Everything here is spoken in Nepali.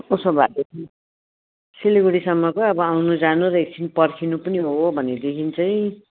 उसो भएदेखि सिलगढीसम्मको अब आउनु जानु र एकछिन पर्खिनु पनि हो भनेदेखि चाहिँ